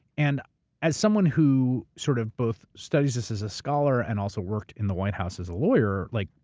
and as someone who sort of both studies this as a scholar and also worked in the white house as a lawyer, like